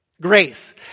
Grace